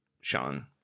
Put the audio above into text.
Sean